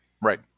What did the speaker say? Right